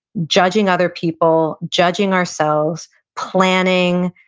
judging other people, judging ourselves, planning.